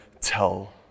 tell